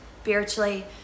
spiritually